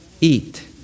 eat